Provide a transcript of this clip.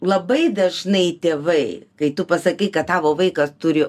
labai dažnai tėvai kai tu pasakai kad tavo vaikas turi